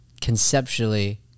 conceptually